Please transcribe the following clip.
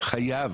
חייב